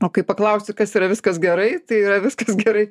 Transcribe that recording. o kai paklausi kas yra viskas gerai tai yra viskas gerai